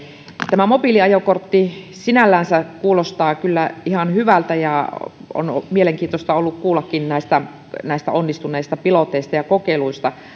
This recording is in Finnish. tämä mobiiliajokortti sinällänsä kuulostaa kyllä ihan hyvältä ja on mielenkiintoista ollut kuullakin näistä näistä onnistuneista piloteista ja kokeiluista